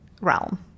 realm